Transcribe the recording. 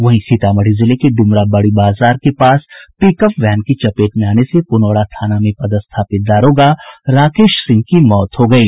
वहीं सीतामढ़ी जिले के ड्रमरा बड़ी बाजार के पास पिकअप वैन की चपेट में आने से पुनौरा थाना में पदस्थापित दारोग राकेश सिंह की मौत हो गयी